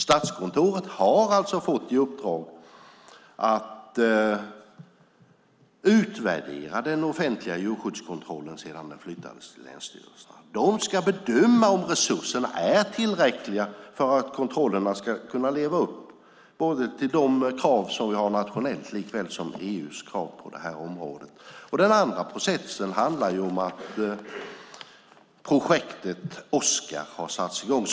Statskontoret har fått i uppdrag att utvärdera den offentliga djurskyddskontrollen sedan den flyttades till länsstyrelserna. Där ska man bedöma om resurserna är tillräckliga för att kontrollerna ska motsvara de krav vi har nationellt och de krav som EU har. Den andra processen handlar om att projektet Oskar har satts i gång.